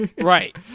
Right